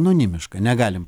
anonimiška negalim